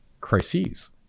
crises